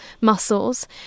muscles